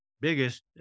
biggest